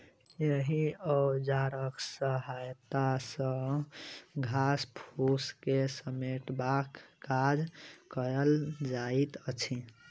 एहि औजारक सहायता सॅ घास फूस के समेटबाक काज कयल जाइत अछि